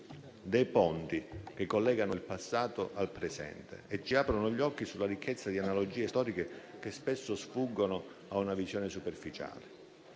ponti che collegano il passato al presente e ci aprono gli occhi sulla ricchezza di analogie storiche che spesso sfuggono a una visione superficiale.